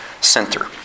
Center